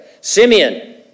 Simeon